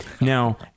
Now